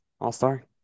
All-star